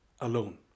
alone